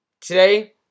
Today